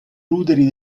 ruderi